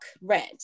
red